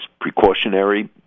precautionary